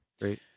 Great